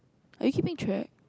are you keeping track